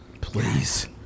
Please